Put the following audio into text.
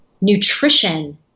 nutrition